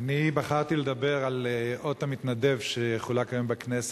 אני בחרתי לדבר על אות המתנדב שחולק היום בכנסת,